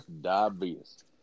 Diabetes